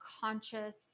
conscious